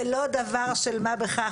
זה לא דבר של מה בכך.